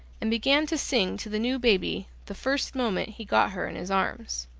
and began to sing to the new baby the first moment he got her in his arms.